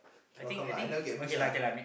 cannot count lah I never get abused lah